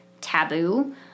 taboo